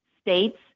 states